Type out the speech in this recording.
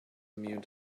immune